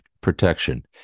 protection